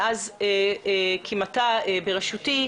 מאז הקמתה בראשותי,